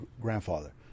grandfather